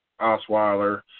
Osweiler